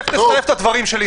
תמשיך לסלף את הדברים שלי.